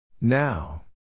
Now